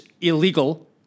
illegal